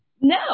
No